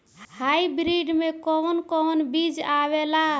Hybrid में कोवन कोवन बीज आवेला?